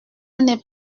n’est